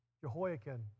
Jehoiakim